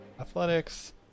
Athletics